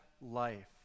life